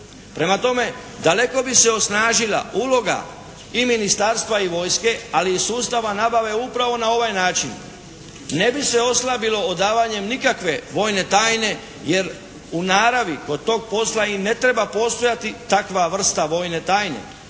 Prema tome, daleko bi se osnažila uloga i ministarstva i vojske, ali i sustava nabave upravo na ovaj način. Ne bi se oslabilo odavanjem nikakve vojne tajne, jer u naravi od tog posla i ne treba postojati takva vrsta vojne tajne.